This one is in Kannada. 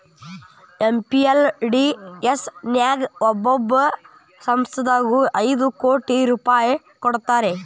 ಎಂ.ಪಿ.ಎಲ್.ಎ.ಡಿ.ಎಸ್ ನ್ಯಾಗ ಒಬ್ಬೊಬ್ಬ ಸಂಸದಗು ಐದು ಕೋಟಿ ರೂಪಾಯ್ ಕೊಡ್ತಾರಾ